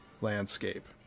landscape